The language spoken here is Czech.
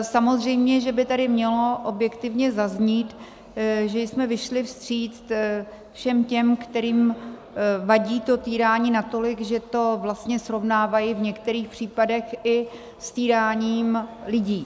Samozřejmě že by tady mělo objektivně zaznít, že jsme vyšli vstříc všem těm, kterým vadí to týrání natolik, že to vlastně srovnávají v některých případech i s týráním lidí.